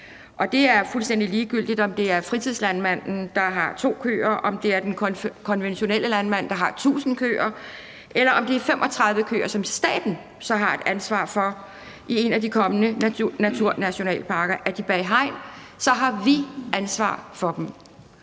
det er fuldstændig ligegyldigt, om det er fritidslandmanden, der har to køer, om det er den konventionelle landmand, der har tusind køer, eller om det er staten, som har et ansvar for 35 køer i en af de kommende naturnationalparker. Er dyrene bag hegn, så har vi ansvar for dem.